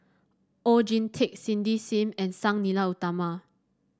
Oon Jin Teik Cindy Sim and Sang Nila Utama